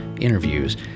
interviews